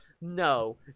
No